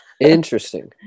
interesting